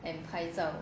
and 拍照